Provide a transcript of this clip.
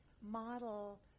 model